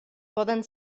poden